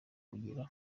kugira